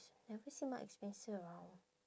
never see mark and spencer around